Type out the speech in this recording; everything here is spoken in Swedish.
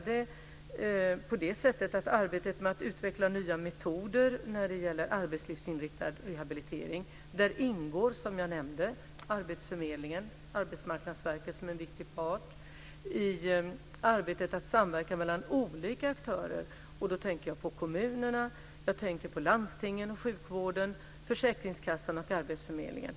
I arbetet med att utveckla nya metoder när det gäller arbetslivsinriktad rehabilitering ingår, som jag nämnde, arbetsförmedlingen och Arbetsmarknadsverket som en viktig part i arbetet med att samverka mellan olika aktörer. Jag tänker då på kommunerna, landstingen och sjukvården, försäkringskassan och arbetsförmedlingen.